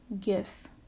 gifts